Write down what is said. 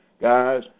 guys